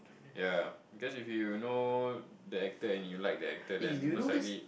ya guess if you know the actor and you like the actor then most likely